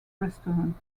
restaurant